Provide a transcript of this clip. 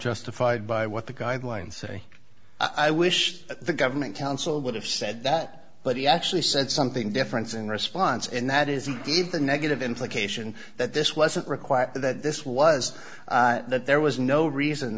justified by what the guidelines say i wish the government counsel would have said that but he actually said something deference in response and that isn't even negative implications that this wasn't required that this was that there was no reason